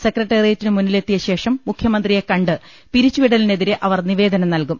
സെക്രട്ടേറിയറ്റിന് മുന്നിൽ എത്തിയശേഷം മുഖ്യമന്ത്രിയെ കണ്ട് പിരിച്ചുവിടലിനെതിരെ അവർ നിവേദനം നൽകും